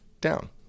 down